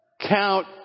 Count